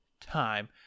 time